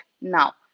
now